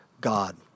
God